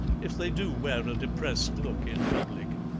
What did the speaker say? if they do wear a depressed look in public.